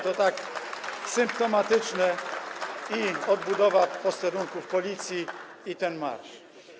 To tak symptomatyczne: i odbudowa posterunków Policji, i ten marsz.